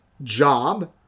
Job